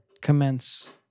commence